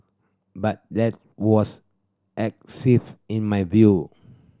but that was excessive in my view